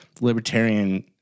libertarian